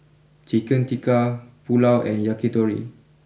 Chicken Tikka Pulao and Yakitori